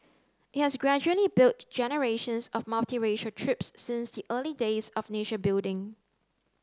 it has gradually built generations of multiracial troops since the early days of nation building